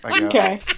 okay